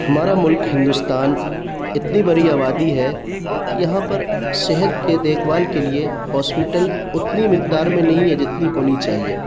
ہمارا ملک ہندوستان اتنی بڑی آبادی ہے کہ یہاں پر صحت کے دیکھ بھال کے لیے ہاسپیٹل اتنی مقدار میں نہیں ہے جتنی ہونی چاہیے